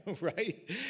right